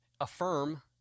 affirm